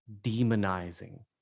demonizing